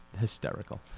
hysterical